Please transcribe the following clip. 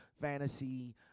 Fantasy